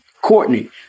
Courtney